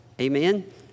Amen